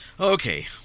Okay